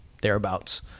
thereabouts